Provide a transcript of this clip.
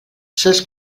sols